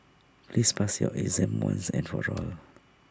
please pass your exam once and for all